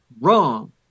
wrong